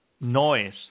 noise